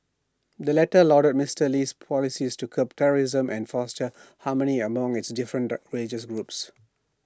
the latter lauded Mister Lee's policies to curb terrorism and foster harmony among its different religious groups